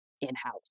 in-house